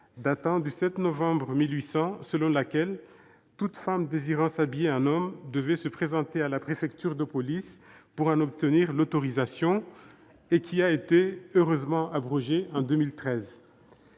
des femmes, selon laquelle « toute femme désirant s'habiller en homme devait se présenter à la préfecture de police pour en obtenir l'autorisation » et qui a été- heureusement -abrogée en 2013.